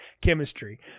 chemistry